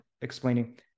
explaining